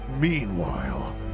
Meanwhile